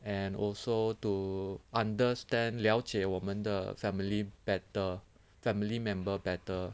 and also to understand 了解我们的 family better family member better